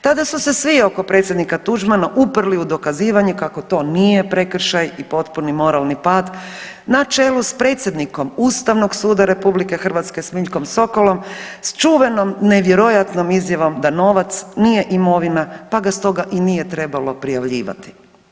Tada su se svi oko predsjednika Tuđmana uprli u dokazivanje kako to nije prekršaj i potpuni moralni pad na čelu s predsjednikom Ustavnog suda RH Smiljkom Sokolom s čuvenom nevjerojatnom izjavom da novac nije imovina pa ga stoga i nije trebalo prijavljivati.